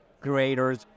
creators